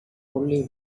only